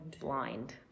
Blind